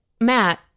Matt